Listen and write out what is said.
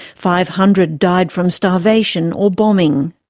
five hundred died from starvation or bombing.